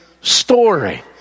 story